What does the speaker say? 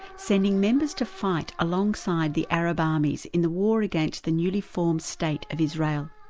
sending members to fight alongside the arab ah armies in the war against the newly-formed state of israel.